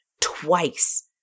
twice